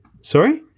sorry